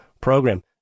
program